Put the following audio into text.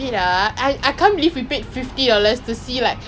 honestly I'm so glad like இப்பே வந்து:ippe vanthu like just